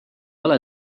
ole